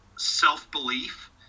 self-belief